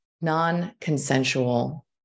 non-consensual